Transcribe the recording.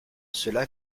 cela